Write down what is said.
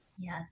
Yes